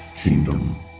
kingdom